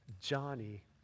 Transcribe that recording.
Johnny